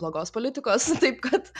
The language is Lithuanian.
blogos politikos taip kad